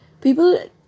People